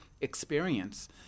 experience